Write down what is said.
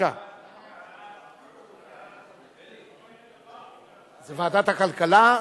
נא להצביע.